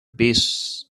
base